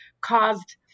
caused